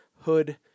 hood